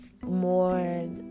more